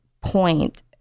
point